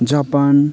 Japan